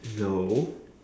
no